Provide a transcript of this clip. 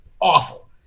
awful